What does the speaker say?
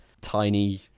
tiny